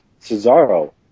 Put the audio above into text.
Cesaro